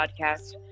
Podcast